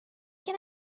can